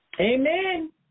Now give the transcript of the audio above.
Amen